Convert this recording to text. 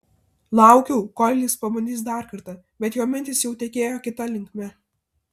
laukiau kol jis pabandys dar kartą bet jo mintys jau tekėjo kita linkme